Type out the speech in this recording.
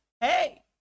hey